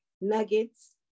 nuggets